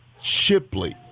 Shipley